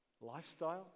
lifestyle